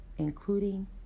including